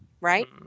Right